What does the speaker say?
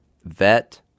vet